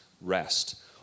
rest